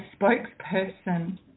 spokesperson